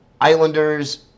Islanders